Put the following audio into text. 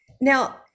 Now